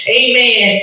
amen